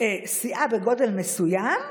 סיעה בגודל מסוים,